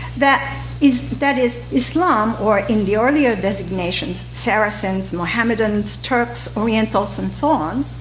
that is that is islam or in the earlier designation saracens, mohammedans, turks, orientals, and so on,